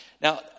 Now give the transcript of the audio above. Now